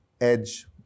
edge